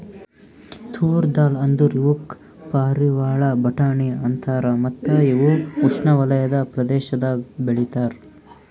ತೂರ್ ದಾಲ್ ಅಂದುರ್ ಇವುಕ್ ಪಾರಿವಾಳ ಬಟಾಣಿ ಅಂತಾರ ಮತ್ತ ಇವು ಉಷ್ಣೆವಲಯದ ಪ್ರದೇಶದಾಗ್ ಬೆ ಳಿತಾರ್